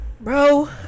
Bro